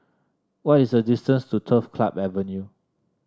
what is the distance to Turf Club Avenue